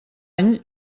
any